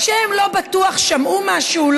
שהם לא בטוח שמעו משהו,